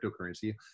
cryptocurrency